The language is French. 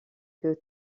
que